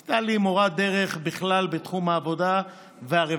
היא הייתה לי מורת דרך בכלל בתחום העבודה והרווחה.